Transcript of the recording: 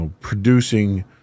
producing